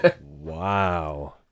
wow